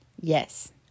Yes